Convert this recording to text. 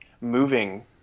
moving